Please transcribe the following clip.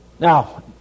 Now